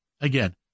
again